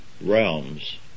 realms